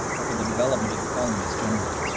or for the development of the colonies generally.